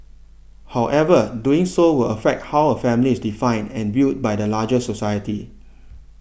however doing so will affect how a family is defined and viewed by the larger society